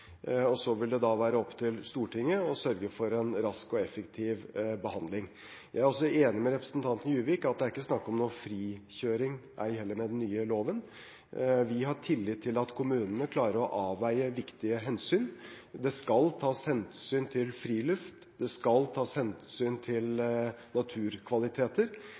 Og så vil det da være opp til Stortinget å sørge for en rask og effektiv behandling. Jeg er også enig med representanten Juvik i at det ikke er snakk om noe frikjøring – ei heller med den nye loven. Vi har tillit til at kommunene klarer å avveie viktige hensyn. Det skal tas hensyn til friluft, det skal tas hensyn til naturkvaliteter,